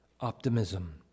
optimism